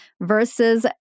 versus